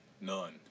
None